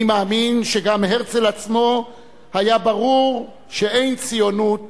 אני מאמין שגם להרצל עצמו היה ברור שאין ציונות